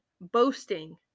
boasting